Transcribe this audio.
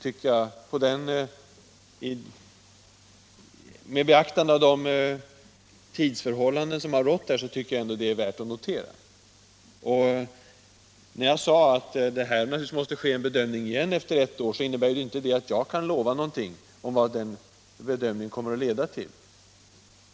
När jag sade att det måste ske en bedömning igen efter ett år, så Nr 49 innebär inte det att jag kan lova någonting om vad den bedömningen Fredagen den kommer att leda till.